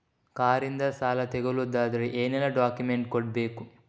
Car ಇಂದ ಸಾಲ ತಗೊಳುದಾದ್ರೆ ಏನೆಲ್ಲ ಡಾಕ್ಯುಮೆಂಟ್ಸ್ ಕೊಡ್ಬೇಕು?